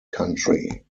country